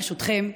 ברשותכם,